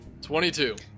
22